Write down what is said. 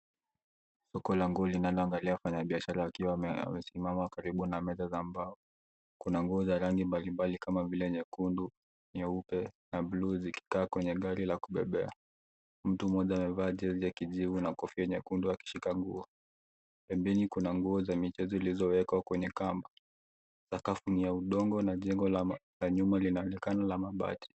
Soko la nguo linalo angalia wafanyi biashara wakiwa wamesimama karibu na meza za mbao, kuna nguo za rangi mbalimbali kama vile nyekundu, nyeupe na bluu ziki kaa kwenye gari la kubebea. Mtu mmoja amevaa jezi ya kijivu na kofia nyekundu akishika nguo. Pembeni kuna nguo za miche zilizowekwa kwenye kamba. Sakafu ni ya udongo na jengo la nyuma linaonekana la mabati.